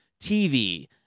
TV